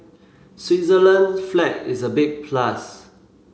Switzerland flag is a big plus